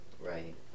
right